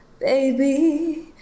baby